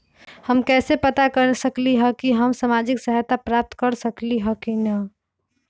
हम कैसे पता कर सकली ह की हम सामाजिक सहायता प्राप्त कर सकली ह की न?